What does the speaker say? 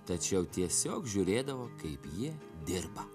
tačiau tiesiog žiūrėdavo kaip jie dirba